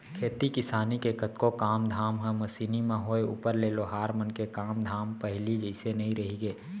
खेती किसानी के कतको काम धाम ह मसीनी म होय ऊपर ले लोहार मन के काम धाम ह पहिली जइसे नइ रहिगे